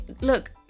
Look